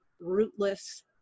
rootless